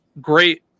great